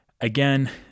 again